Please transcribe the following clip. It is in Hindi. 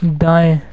दाएँ